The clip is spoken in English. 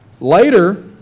Later